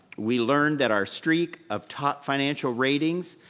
we learned that our streak of top financial ratings,